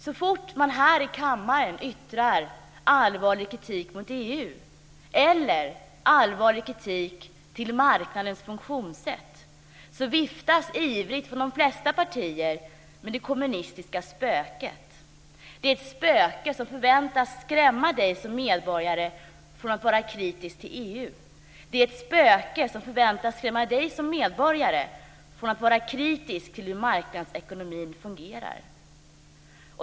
Så fort man här i kammaren yttrar allvarlig kritik mot EU eller allvarlig kritik mot marknadens funktionssätt viftas det ivrigt från de flesta partier med det kommunistiska spöket. Det är ett spöke som förväntas skrämma dig som medborgare från att vara kritisk mot EU. Det är ett spöke som förväntas skrämma dig som medborgare mot att vara kritisk till hur marknadsekonomin fungerar.